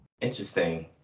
Interesting